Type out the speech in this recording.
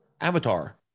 Avatar